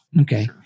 okay